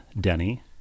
denny